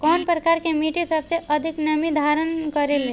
कउन प्रकार के मिट्टी सबसे अधिक नमी धारण करे ले?